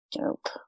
Dope